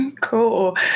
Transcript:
Cool